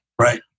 right